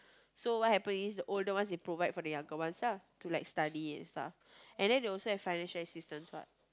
so what happened is the older ones they provide for the younger ones lah to like study and stuff and they also have financial assistance what